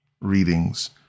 readings